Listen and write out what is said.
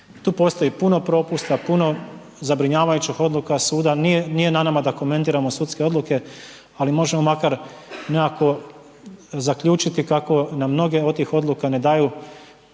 Tu postoji puno propusta puno zabrinjavajućih odluka suda, nije na nama da komentiramo sudske odluke, ali možemo makar nekako zaključiti kako nam mnoge od tih odluka ne daju